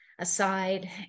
aside